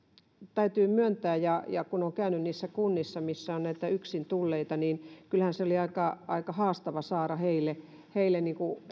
täytyy myöntää kun olen käynyt niissä kunnissa missä on näitä yksin tulleita että kyllähän se oli aika haastavaa saada heille heille